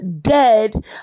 dead